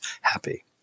happy